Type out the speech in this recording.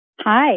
Hi